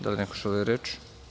Da li neko želi reč?